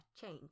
change